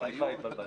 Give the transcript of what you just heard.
בחליפה התבלבלתי.